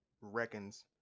reckons